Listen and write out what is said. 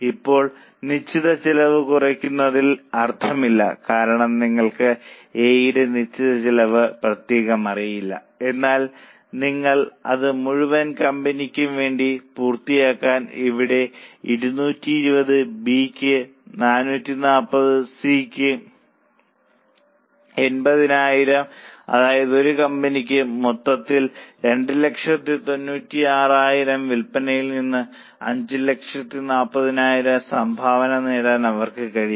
ഇപ്പോൾ നിശ്ചിത ചെലവ് കുറയ്ക്കുന്നതിൽ അർത്ഥമില്ല കാരണം നിങ്ങൾക്ക് എ യുടെ നിശ്ചിത ചെലവ് പ്രത്യേകം അറിയില്ല എന്നാൽ നിങ്ങൾ അത് മുഴുവൻ കമ്പനിക്കും വേണ്ടി പൂർത്തിയാക്കിയാൽ ഇവിടെ 220 ബി ക്ക് 440 സി യ്ക്ക് 80000 അതായത് ഒരു കമ്പനിക്ക് മൊത്തത്തിൽ 2960000 വിൽപനയിൽ നിന്ന് 540000 സംഭാവന നേടാൻ അവർക്ക് കഴിയും